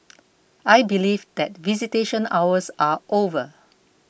I believe that visitation hours are over